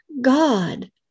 God